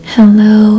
Hello